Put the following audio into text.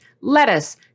lettuce